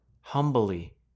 humbly